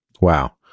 wow